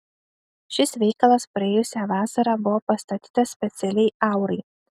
šis veikalas praėjusią vasarą buvo pastatytas specialiai aurai